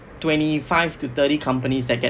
twenty five to thirty companies that get